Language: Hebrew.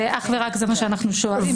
אך ורק זה מה שאנו שואלים.